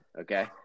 okay